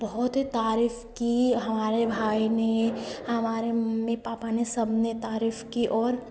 बहुत ही तारीफ़ की हमारे भाई ने हमारे मम्मी पापा ने सबने तारीफ़ की और